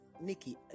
Nikki